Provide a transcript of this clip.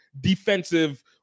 defensive